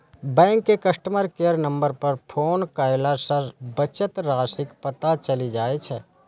bank के customer care number पर phone कयला सं बचत राशिक पता चलि जाइ छै